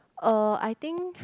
uh I think